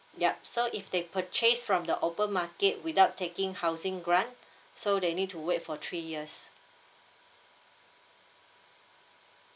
yup so if they purchase from the open market without taking housing grant so they need to wait for three years